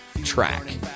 track